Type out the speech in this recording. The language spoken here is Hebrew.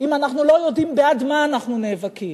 אם אנחנו לא יודעים בעד מה אנחנו נאבקים.